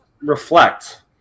reflect